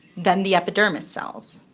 then the epidermis cells.